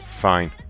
Fine